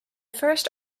first